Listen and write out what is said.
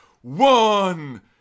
One